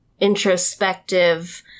introspective